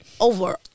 over